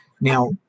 Now